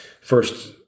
first